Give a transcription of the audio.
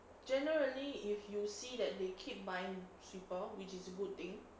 generally if you see that they keep mine sweeper which is a good thing